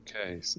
okay